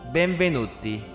Benvenuti